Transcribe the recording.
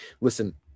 Listen